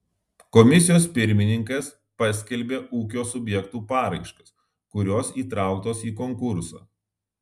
komisijos pirmininkas paskelbia ūkio subjektų paraiškas kurios įtrauktos į konkursą